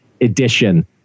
edition